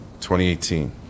2018